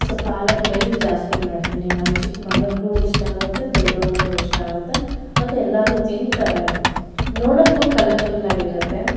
so palak rice ಜಾಸ್ತಿ ಮಾಡ್ತೀನಿ ನಮ್ಮ ಚಿಕ್ಮಗನಿಗೂ ಇಷ್ಟಾಗುತ್ತೆ ದೊಡ್ಡವನಿಗೂ ಇಷ್ಟಾಗುತ್ತೆ ಮತ್ತೆ ಎಲ್ಲರೂ ತಿಂತಾರೆ ನೋಡೋಕ್ಕೂ ಕಲರ್ಫುಲ್ಲಾಗಿರತ್ತೆ